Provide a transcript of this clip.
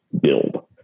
build